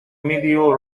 medieval